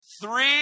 three